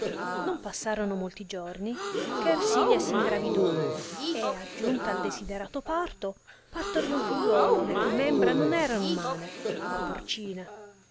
non passorono molti giorni che ersilia s ingravidò e aggiunta al desiderato parto partorì un figliuolo le cui membra non erano umane ma porcine